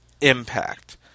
impact